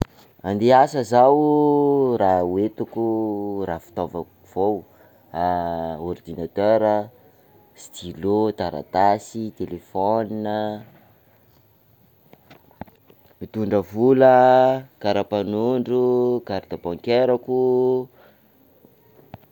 Ande hiasa zaho, raha hoentiko, raha fitaova avao, ordinateur, stylo, taratasy, telephone, mitondra vola, karapanondro, carte bancaireko.